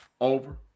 Over